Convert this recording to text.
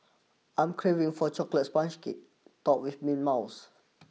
I am craving for a Chocolate Sponge Cake topped with mint mousse